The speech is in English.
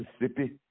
Mississippi